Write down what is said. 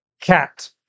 cat